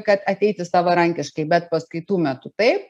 kad ateiti savarankiškai bet paskaitų metu taip